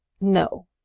No